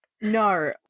no